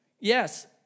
Yes